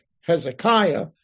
Hezekiah